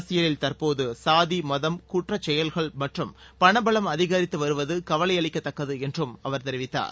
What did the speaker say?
அரசியலில் தற்போது சாதி மதம் குற்றச்செயல்கள் மற்றும் பணபலம் அதிகரித்து வருவது கவலையளிக்கத்தக்கது என்றும் அவர் தெரிவித்தார்